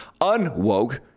unwoke